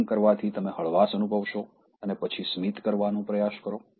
તેમ કરવાથી તમે હળવાશ અનુભવશો અને પછી સ્મિત કરવાનો પ્રયાસ કરો